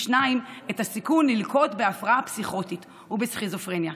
שניים את הסיכון ללקות בהפרעה פסיכוטית ובסכיזופרניה.